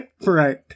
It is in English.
Right